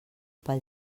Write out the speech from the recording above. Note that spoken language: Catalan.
pel